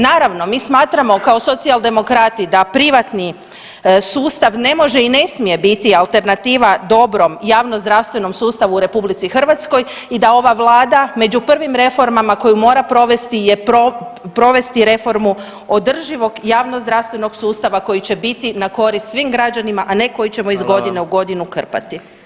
Naravno, mi smatramo kao socijaldemokrati da privatni sustav ne može i ne smije biti alternativa dobrom javnozdravstvenom sustavu u RH i da ova Vlada među prvim reformama koju mora provesti je provesti reformu održivog javnozdravstvenog sustava koji će biti na korist svim građanima, a ne koji ćemo iz godine u godinu krpati.